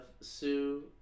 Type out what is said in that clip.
Sue